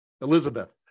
Elizabeth